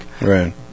Right